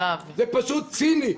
זה פשוט ציני.